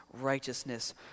righteousness